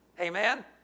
Amen